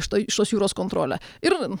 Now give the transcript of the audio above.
štai šios jūros kontrolę ir